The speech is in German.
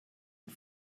und